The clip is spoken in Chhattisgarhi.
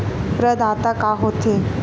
प्रदाता का हो थे?